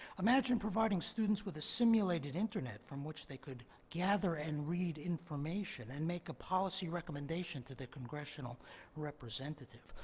imagine providing students with a simulated internet from which they could gather and read information and make a policy recommendation to their congressional representative.